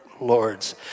lords